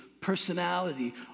personality